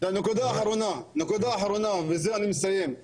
הנקודה האחרונה ובזה אני מסיים,